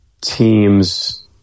teams